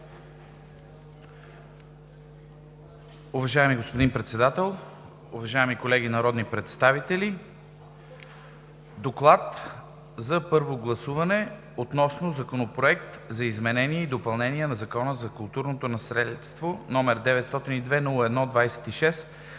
Уважаеми господин Председател, уважаеми колеги народни представители! „ДОКЛАД за първо гласуване относно Законопроект за изменение и допълнение на Закона за културното наследство, № 902-01-26,